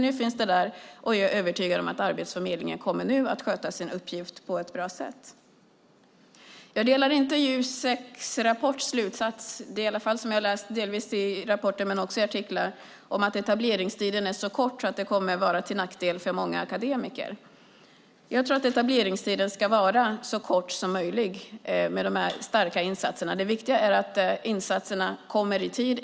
Nu finns det dock där, och jag är övertygad om att Arbetsförmedlingen nu kommer att sköta sin uppgift på ett bra sätt. När det gäller Juseks rapport delar jag inte slutsatsen, som jag har läst delvis i rapporten men också i artiklar, om att etableringstiden är så kort att det kommer att vara till nackdel för många akademiker. Jag tror att etableringstiden ska vara så kort som möjligt med dessa starka insatser. Det viktiga är att insatserna kommer i tid.